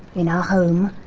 in our home.